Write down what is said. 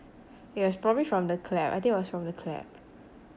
yes it's probably from the clap I think it was from the clap